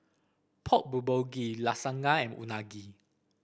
Pork Bulgogi Lasagna and Unagi